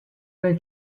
nel